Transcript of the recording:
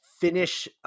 finish